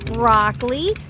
broccoli,